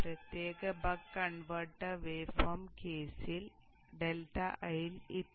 ഈ പ്രത്യേക buck converter waveform കേസിൽ ∆IL ഇത്രയും ആണ്